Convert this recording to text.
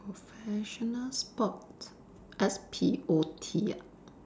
professional spot S P O T ah